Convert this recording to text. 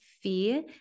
fear